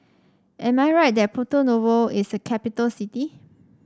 am I right that Porto Novo is a capital city